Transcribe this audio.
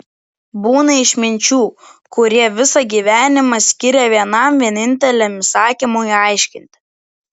būna išminčių kurie visą gyvenimą skiria vienam vieninteliam įsakymui aiškinti